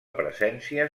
presència